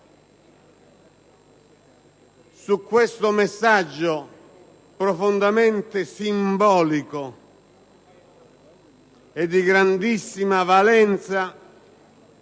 Su questo messaggio, profondamente simbolico e di grandissima valenza,